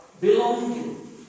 Belonging